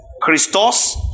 Christos